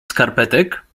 skarpetek